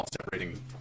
separating